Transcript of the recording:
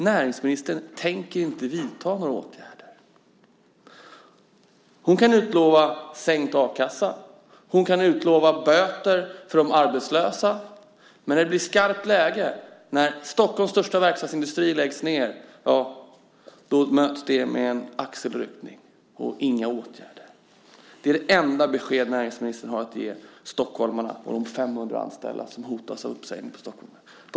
Näringsministern tänker inte vidta några åtgärder. Hon kan utlova sänkt a-kassa. Hon kan utlova böter för de arbetslösa. Men när det blir skarpt läge - när Stockholms största verkstadsindustri läggs ned - möts det med en axelryckning och inga åtgärder. Det är det enda besked näringsministern har att ge stockholmarna och de 500 anställda som hotas av uppsägning i Bromma.